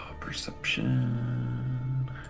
perception